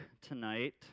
tonight